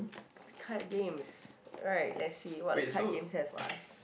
the card games alright let's see what are the card games there for us